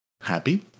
Happy